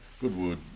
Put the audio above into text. Goodwood